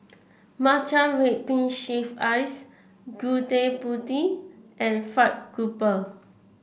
Matcha Red Bean Shaved Ice Gudeg Putih and fried grouper